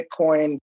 Bitcoin